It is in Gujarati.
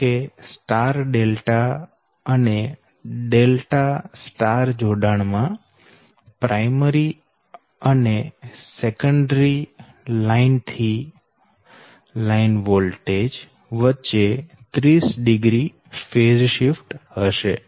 જો કે સ્ટાર ડેલ્ટા અને ડેલ્ટા સ્ટાર જોડાણ માં પ્રાયમરી અને સેકન્ડરી લાઈન થી લાઈન વોલ્ટેજ વચ્ચે 30o ફેઝ શિફ્ટ હશે